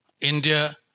India